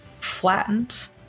flattened